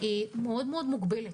היא מאוד מאוד מוגבלת.